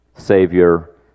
Savior